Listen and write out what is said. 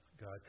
God